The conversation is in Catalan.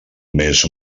més